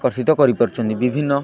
ଆକର୍ଷିତ କରିପାରୁଛନ୍ତି ବିଭିନ୍ନ